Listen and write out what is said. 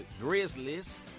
Grizzlies